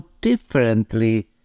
differently